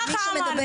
מי שמדבר.